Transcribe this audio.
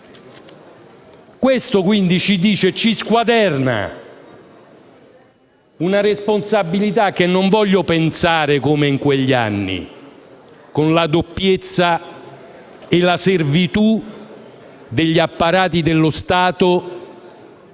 Questo ci squaderna una responsabilità che non voglio pensare come in quegli anni, con la doppiezza e la servitù degli apparati dello Stato